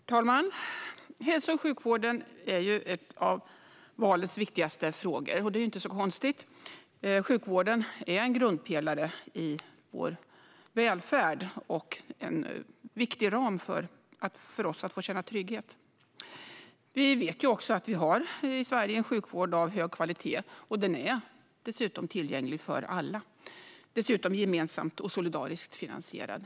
Herr talman! Hälso och sjukvården är en av valets viktigaste frågor. Det är inte konstigt. Sjukvården är en grundpelare i vår välfärd och en viktig ram för att vi ska känna trygghet. Vi vet att vi i Sverige har en sjukvård som håller hög kvalitet och som dessutom är tillgänglig för alla. Den är också gemensamt och solidariskt finansierad.